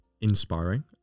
inspiring